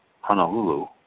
Honolulu